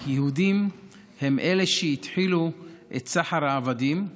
כי יהודים הם אלה שהתחילו את סחר העבדים.